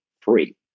free